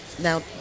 Now